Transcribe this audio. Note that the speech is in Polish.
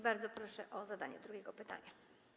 Bardzo proszę o zadanie drugiego pytania.